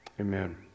amen